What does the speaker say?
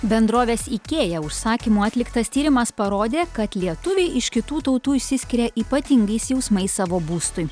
bendrovės ikea užsakymu atliktas tyrimas parodė kad lietuviai iš kitų tautų išsiskiria ypatingais jausmais savo būstui